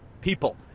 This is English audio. people